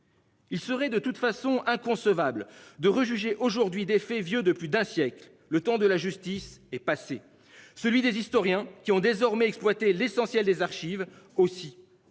Il serait de toute façon inconcevable de rejuger aujourd'hui des faits vieux de plus d'un siècle, le temps de la justice est passée, celui des historiens qui ont désormais exploiter l'essentiel des archives aussi